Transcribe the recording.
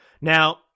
Now